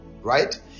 right